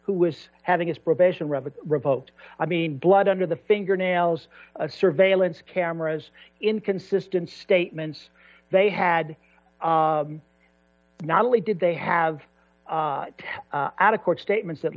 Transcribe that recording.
who was having his probation revenue revoked i mean blood under the fingernails of surveillance cameras inconsistent statements they had not only did they have out of court statements that